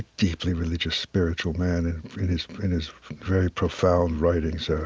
deeply religious, spiritual man, in his in his very profound writings